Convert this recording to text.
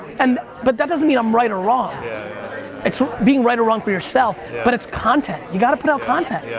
and but that doesn't mean i'm right or wrong. it's being right or wrong for yourself, but it's content. you gotta put out content. yeah